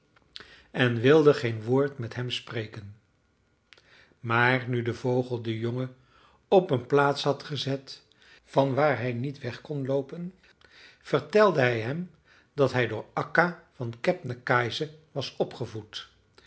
en wilde geen woord met hem spreken maar nu de vogel den jongen op een plaats had gezet vanwaar hij niet weg kon loopen vertelde hij hem dat hij door akka van kebnekaise was opgevoed